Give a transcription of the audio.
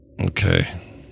okay